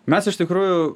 mes iš tikrųjų